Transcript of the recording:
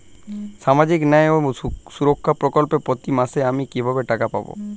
সামাজিক ন্যায় ও সুরক্ষা প্রকল্পে প্রতি মাসে আমি কিভাবে টাকা পাবো?